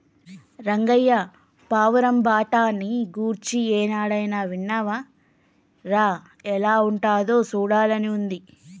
రంగయ్య పావురం బఠానీ గురించి ఎన్నడైనా ఇన్నావా రా ఎలా ఉంటాదో సూడాలని ఉంది